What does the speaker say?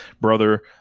Brother